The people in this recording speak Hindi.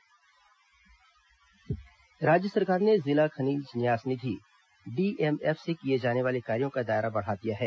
डीएमएफ राशि राज्य सरकार ने जिला खनिज न्यास निधि डीएमएफ से किए जाने वाले कार्यो का दायरा बढ़ा दिया है